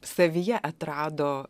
savyje atrado